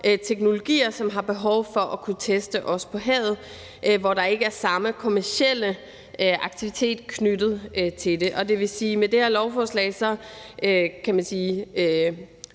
teknologier, hvor der også er behov for at kunne teste det på havet, og hvor der ikke er den samme kommercielle aktivitet knyttet til det. Og det vil sige, at vi med det her lovforslag stadfæster